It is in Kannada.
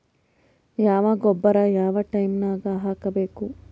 ಯಾವ ಗೊಬ್ಬರ ಯಾವ ಟೈಮ್ ನಾಗ ಹಾಕಬೇಕು?